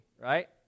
right